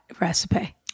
recipe